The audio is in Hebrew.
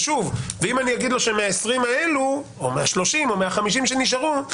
אם אני אגיד לו שמה-20 האלו או מה-30 או מה-50 שנשארו,